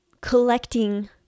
collecting